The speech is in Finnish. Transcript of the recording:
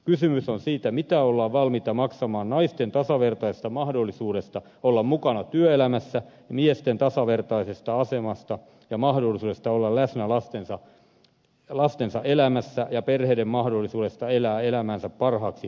kysymys on siitä mitä ollaan valmiita maksamaan naisten tasavertaisesta mahdollisuudesta olla mukana työelämässä ja miesten tasavertaisesta asemasta ja mahdollisuudesta olla läsnä lastensa elämässä ja perheiden mahdollisuudesta elää elämäänsä parhaaksi katsomallaan tavalla